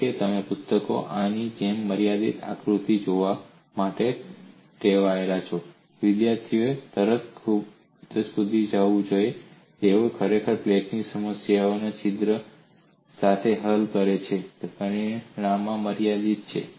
કારણ કે તમે પુસ્તકોમાં આની જેમ મર્યાદિત આકૃતિ જોવા માટે ટેવાયેલા છો વિદ્યાર્થીઓ તરત જ કૂદી જાય છે જ્યારે તેઓ ખરેખર પ્લેટની સમસ્યાને છિદ્ર સાથે હલ કરે છે જે પરિમાણમાં મર્યાદિત છે